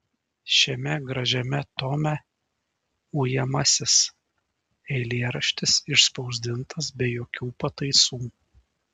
šiame gražiame tome ujamasis eilėraštis išspausdintas be jokių pataisų